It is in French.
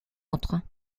autre